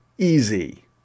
Easy